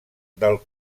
del